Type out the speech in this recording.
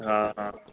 हा हा